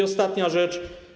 Ostania rzecz.